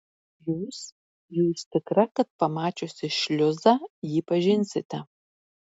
jūs jūs tikra kad pamačiusi šliuzą jį pažinsite